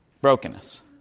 brokenness